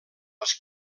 els